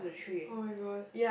[oh]-my-god